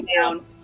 down